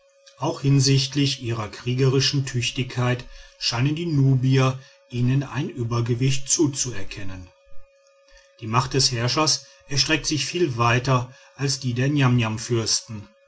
auch hinsichtlich ihrer kriegerischen tüchtigkeit schienen die nubier ihnen ein übergewicht zuzuerkennen die macht des herrschers erstreckt sich viel weiter als die der